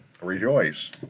Rejoice